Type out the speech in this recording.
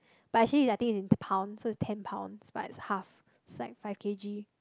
but actually is I think it is in pounds so it's ten pounds but it's half it's like five K_G